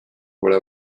pole